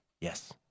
Yes